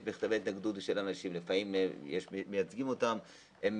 מכתבי ההתנגדות ושל האנשים מגיעים מפורטים,